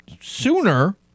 sooner